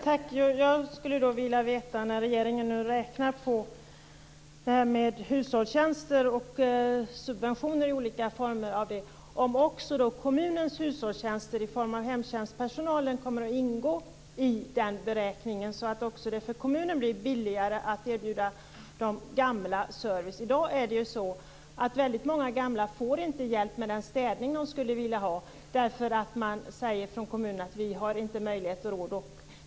Fru talman! Jag skulle vilja veta, när regeringen nu räknar på det här med hushållstjänster och subventioner i olika former, om också kommunernas hushållstjänster i form av hemtjänstpersonal kommer att ingå i beräkningen, så att det också för kommunerna blir billigare att erbjuda de gamla service. I dag är det väldigt många gamla som inte får den hjälp med städning som de skulle vilja ha därför att man säger från kommunerna att de inte har möjlighet och råd.